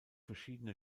verschiedene